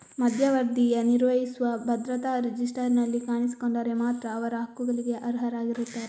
ಮಧ್ಯವರ್ತಿಯು ನಿರ್ವಹಿಸುವ ಭದ್ರತಾ ರಿಜಿಸ್ಟರಿನಲ್ಲಿ ಕಾಣಿಸಿಕೊಂಡರೆ ಮಾತ್ರ ಅವರು ಹಕ್ಕುಗಳಿಗೆ ಅರ್ಹರಾಗಿರುತ್ತಾರೆ